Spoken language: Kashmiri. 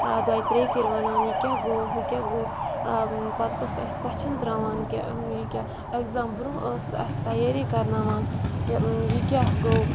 دۄیہِ ترٛیٚیہِ پھِرِ وَنان یہِ کیٛاہ گوٚو ہُہ کیٛاہ گوٚو پَتہٕ ٲس اَسہِ کۄسچَن ترٛاوان کہِ یہِ کیٛاہ اٮ۪گزام برٛونٛہہ ٲس اَسہِ تیٲری کَرناوان کہِ یہِ کیٛاہ گوٚو